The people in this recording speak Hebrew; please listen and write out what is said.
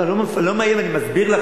לא, אני לא מאיים, אני מסביר לכם.